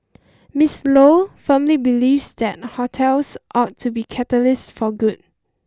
Miss Lo firmly believes that hotels ought to be catalysts for good